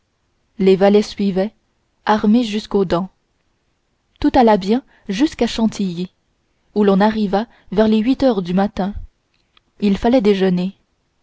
les valets suivaient armés jusqu'aux dents tout alla bien jusqu'à chantilly où l'on arriva vers les huit heures du matin il fallait déjeuner